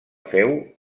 féu